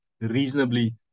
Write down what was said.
reasonably